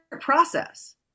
process